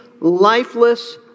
lifeless